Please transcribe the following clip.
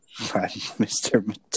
Mr